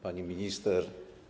Pani Minister!